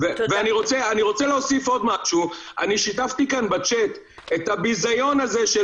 אני שיתפתי כאן בצ'ט את הביזיון הזה של